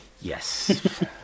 Yes